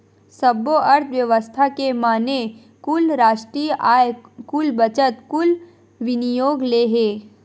सब्बो अर्थबेवस्था के माने कुल रास्टीय आय, कुल बचत, कुल विनियोग ले हे